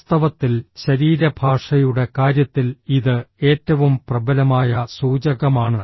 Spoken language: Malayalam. വാസ്തവത്തിൽ ശരീരഭാഷയുടെ കാര്യത്തിൽ ഇത് ഏറ്റവും പ്രബലമായ സൂചകമാണ്